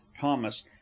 thomas